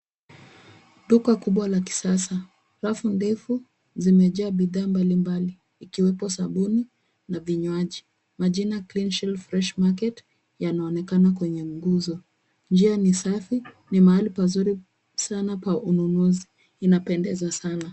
Duka kubwa la kisasa, rafu ndefu zimejaa bidhaa mbali mbali, ikiwepo sabuni na vinywaji. Majina clean shelf fresh market yanaonekana kwenye nguzo. Njia ni safi, ni mahali pazuri sana pa ununuzi, inapendeza sana.